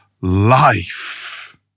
life